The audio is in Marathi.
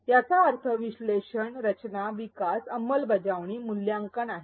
याचा अर्थ विश्लेषण रचना विकास अंमलबजावणी मूल्यांकन आहे